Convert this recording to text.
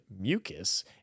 mucus